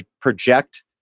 project